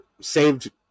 saved